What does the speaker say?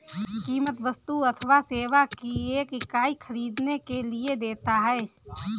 कीमत वस्तु अथवा सेवा की एक इकाई ख़रीदने के लिए देता है